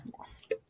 yes